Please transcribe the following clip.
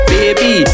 Baby